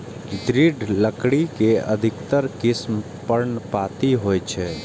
दृढ़ लकड़ी के अधिकतर किस्म पर्णपाती होइ छै